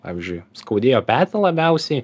pavyzdžiui skaudėjo petį labiausiai